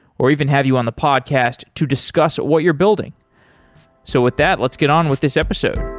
or even have you on the podcast to discuss what you're building so with that, let's get on with this episode